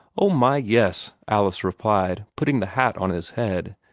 oh, my, yes! alice replied, putting the hat on his head,